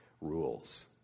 rules